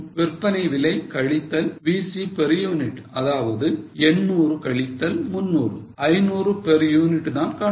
விற்பனை விலை கழித்தல் VC per unit அதாவது 800 கழித்தல் 300 500 per unit தான் contribution